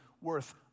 worth